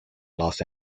los